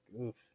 oof